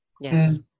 Yes